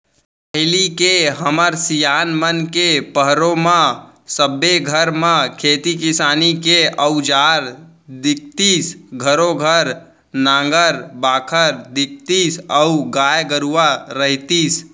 पहिली के हमर सियान मन के पहरो म सबे घर म खेती किसानी के अउजार दिखतीस घरों घर नांगर बाखर दिखतीस अउ गाय गरूवा रहितिस